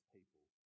people